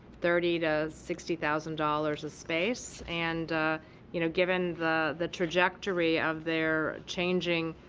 thirty to sixty thousand dollars a space. and you know given the the trajectory of their changing